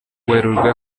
werurwe